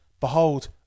Behold